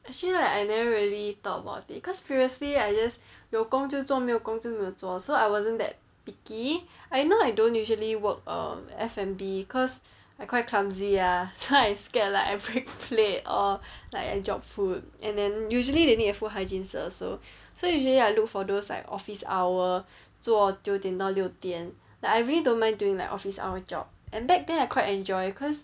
actually like I never really thought about it cause previously I just 有工就做没有工就没有做 so I wasn't that picky I know I don't usually work um F&B cause I quite clumsy ah so I scared like I break plate all like I drop food and then usually they need a food hygiene cert also so usually I look for those like office hour 做九点到六点 like I really don't mind doing like office hour job and back then I quite enjoy cause